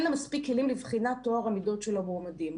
לה מספיק כלים לבחינת טוהר המידות של המועמדים.